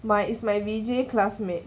my is my V_J classmate